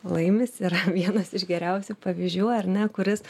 laimis yra vienas iš geriausių pavyzdžių ar ne kuris